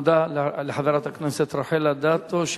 תודה לחברת הכנסת רחל אדטו.